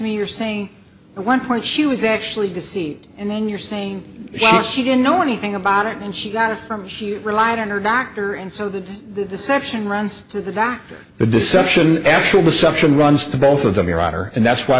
you're saying one point she was actually to see and then you're saying that she didn't know anything about it and she's not a firm she relied on her doctor and so the deception runs to the doctor the deception actual deception runs to both of them your honor and that's why